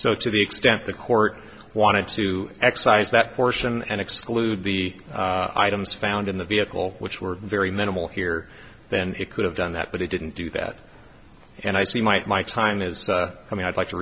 so to the extent the court wanted to excise that portion and exclude the items found in the vehicle which were very minimal here then it could have done that but he didn't do that and i see might my time is coming i'd like to